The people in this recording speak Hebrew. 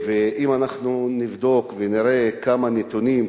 אם נבדוק ונראה כמה נתונים,